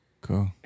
Cool